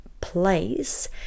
place